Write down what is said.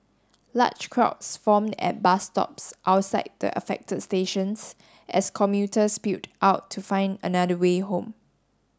large crowds formed at bus stops outside the affected stations as commuters spilled out to find another way home